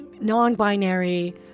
non-binary